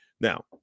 Now